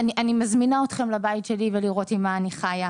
מזמינה אתכם לבית שלי, לראות עם מה אני חיה.